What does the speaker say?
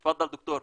תפדאל, דוקטור.